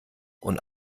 und